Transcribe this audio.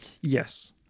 Yes